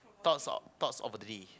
thoughts of thought of a